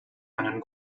einen